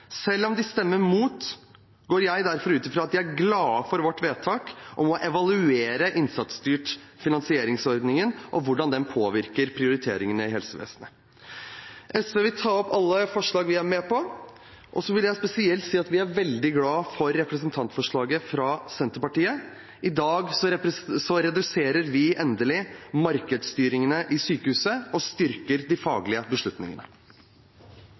Selv om de stemmer mot, går jeg derfor ut fra at de er glade for vårt forslag – å evaluere den innsatsstyrte finansieringsordningen og hvordan den påvirker prioriteringene i helsevesenet. Jeg vil ta opp alle forslag SV er med på, og så vil jeg spesielt si at vi er veldig glad for representantforslaget fra Senterpartiet. I dag reduserer vi endelig markedsstyringen av sykehusene og styrker de faglige beslutningene.